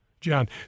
John